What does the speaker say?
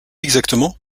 exactement